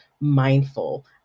mindful